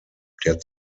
der